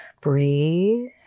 Breathe